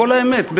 כל האמת,